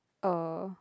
oh